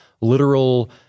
literal